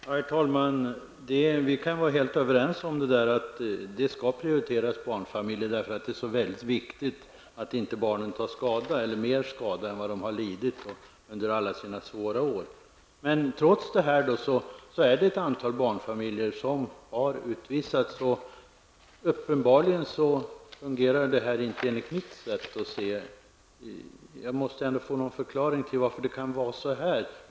Herr talman! Vi kan vara helt överens om att barnfamiljer skall prioriteras därför att det är viktigt att inte barnen tar mer skada än vad de redan lidit under sina svåra år. Trots det utvisas ett antal barnfamiljer. Uppenbarligen fungerar detta inte enligt mitt sätt att se. Jag måste få en förklaring till varför det kan vara så här.